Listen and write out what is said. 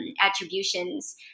attributions